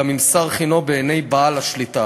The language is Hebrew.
גם אם סר חנו בעיני בעל השליטה.